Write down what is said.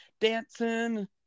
dancing